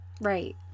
Right